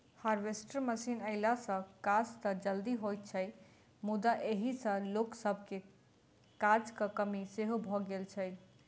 harvester machine अयला सॅ काज त जल्दी होइत छै मुदा एहि सॅ लोक सभके काजक कमी सेहो भ गेल छै